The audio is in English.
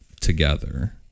together